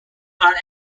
are